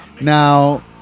Now